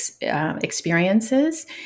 experiences